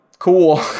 Cool